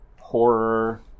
horror